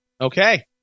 okay